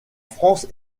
france